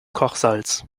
kochsalz